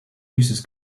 uses